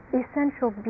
essential